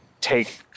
take